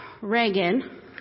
Reagan